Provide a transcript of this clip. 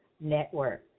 network